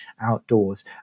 outdoors